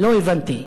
לא הבנתי.